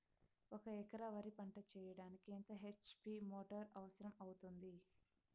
ఒక ఎకరా వరి పంట చెయ్యడానికి ఎంత హెచ్.పి మోటారు అవసరం అవుతుంది?